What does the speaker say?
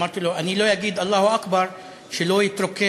אמרתי לו: אני לא אגיד "אללה אכבר", שלא תתרוקן